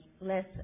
less